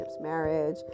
marriage